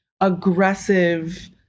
aggressive